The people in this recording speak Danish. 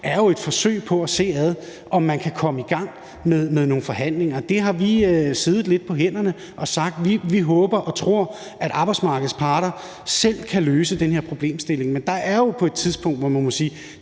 jo et forsøg på at se, om man kan komme i gang med nogle forhandlinger. Vi har siddet lidt på hænderne og har sagt, at vi håber og tror, at arbejdsmarkedets parter selv kan løse den her problemstilling, men på et tidspunkt må man sige,